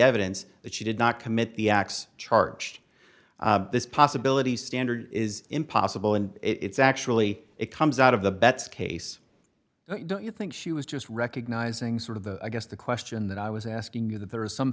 evidence that she did not commit the acts charged this possibility standard is impossible and it's actually it comes out of the bets case do you think she was just recognizing sort of the i guess the question that i was asking you that there is some